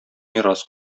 мирас